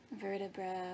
Vertebra